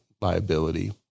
liability